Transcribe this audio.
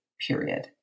period